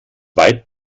weit